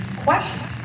questions